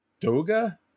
Doga